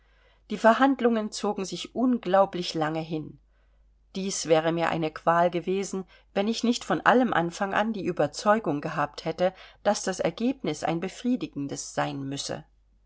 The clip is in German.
die verhandlungen zogen sich unglaublich lange hin dies wäre mir eine qual gewesen wenn ich nicht von allem anfang an die überzeugung gehabt hätte daß das ergebnis ein befriedigendes sein müsse